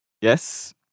Yes